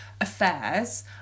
affairs